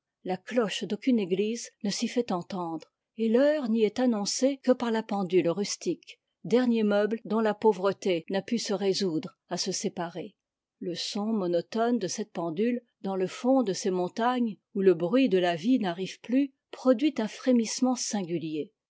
la cloche d'aucune église ne s'y fait entendre et l'heure n'y est annoncée que par la pendule rustique dernier meuble dont la pauvreté n'a pu se résoudre à se séparer le son monotone de ceite pendule dans le fond de ces montagnes où le bruit de la vie n'arrive plus produit un frémissement singulier